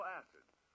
acids